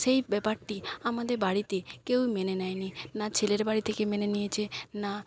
সেই ব্যাপারটি আমাদের বাড়িতে কেউ মেনে নেয় নি না ছেলের বাড়ি থেকে মেনে নিয়েছে না